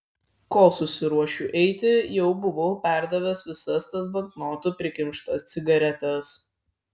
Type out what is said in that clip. kol susiruošiu eiti jau buvau perdavęs visas tas banknotų prikimštas cigaretes